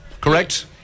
correct